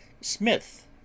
Smith